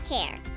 care